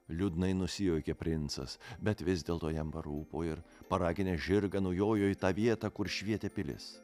liūdnai nusijuokė princas bet vis dėlto jam parūpo ir paraginęs žirgą nujojo į tą vietą kur švietė pilis